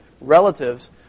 relatives